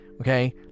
okay